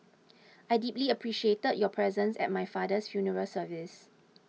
I deeply appreciated your presence at my father's funeral service